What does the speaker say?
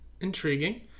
intriguing